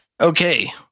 Okay